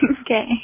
Okay